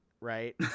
right